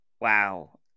Wow